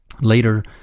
Later